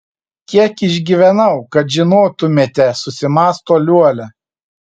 kiek išgyvenau kad žinotumėte susimąsto liuolia